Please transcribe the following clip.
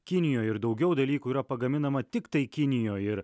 kinijoj ir daugiau dalykų yra pagaminama tiktai kinijoj ir